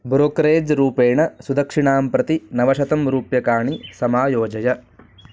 brokerage रूपेण सुदक्षिणां प्रति नवशतं रूप्यकाणि समायोजय